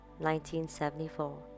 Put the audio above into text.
1974